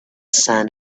sand